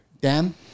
Dan